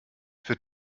für